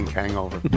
hangover